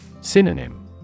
Synonym